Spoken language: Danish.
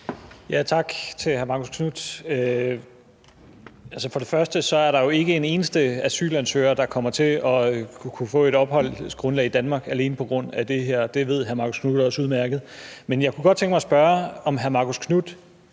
Tak til hr. Marcus Knuth. Først vil jeg sige, at der jo ikke er en eneste asylansøger, der kommer til at kunne få et opholdsgrundlag i Danmark alene på grund af det her, og det ved hr. Marcus Knuth også udmærket. Men jeg kunne godt tænke mig at spørge, om hr. Marcus Knuth